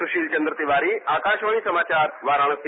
सुशील चंद तिवारी आकाशवाणी समाचार वाराणसी